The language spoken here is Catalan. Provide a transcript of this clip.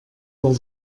del